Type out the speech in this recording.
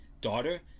daughter